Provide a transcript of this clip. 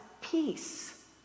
peace